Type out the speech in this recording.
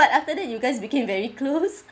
but after that you guys became very close